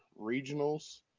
regionals